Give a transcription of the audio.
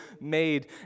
made